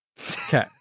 Okay